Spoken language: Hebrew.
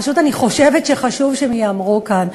פשוט אני חושבת שחשוב שהדברים ייאמרו כאן.